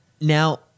Now